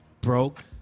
broke